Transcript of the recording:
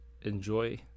enjoy